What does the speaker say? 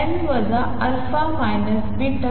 αn α β